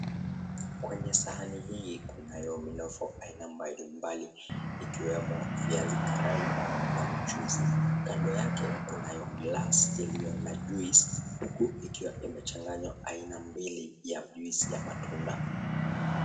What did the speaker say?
Kwenye sahani hii kunayo minofu ambayo ni ya mbali mbali ikiwemo viazi karai na mchuzi, kando yake kuna glass iliyo na juice huku ikiwa imechanganywa aina mbili ya juice ya matunda.